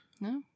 No